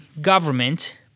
government